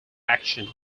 action